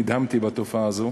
נדהמתי מהתופעה הזאת,